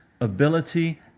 ability